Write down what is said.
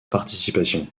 participation